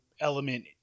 element